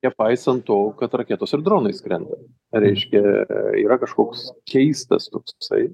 nepaisant to kad raketos ir dronai skrenda reiškia yra kažkoks keistas toksai